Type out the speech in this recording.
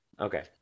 Okay